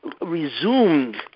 resumed